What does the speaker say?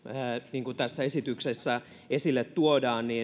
niin kuin tässä esityksessä esille tuodaan